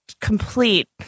complete